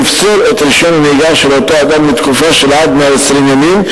לפסול את רשיון הנהיגה של אותו אדם לתקופה של עד 120 ימים,